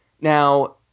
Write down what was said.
Now